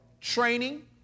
Training